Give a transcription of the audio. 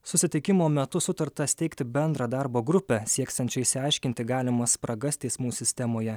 susitikimo metu sutarta steigti bendrą darbo grupę sieksiančią išsiaiškinti galimas spragas teismų sistemoje